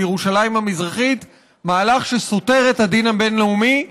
ירושלים המזרחית מהלך שסותר את הדין הבין-לאומי,